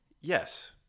yes